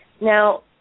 now